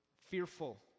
fearful